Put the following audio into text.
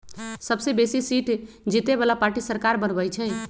सबसे बेशी सीट जीतय बला पार्टी सरकार बनबइ छइ